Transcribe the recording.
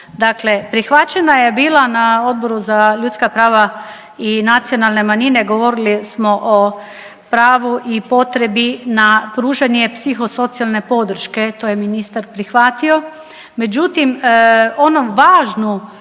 dakle prihvaćena je bila na Odboru za ljudska prava i nacionalne manjine, govorili smo o pravu i potrebi na pružanje psihosocijalne podrške, to je ministar prihvatio, međutim onom važnu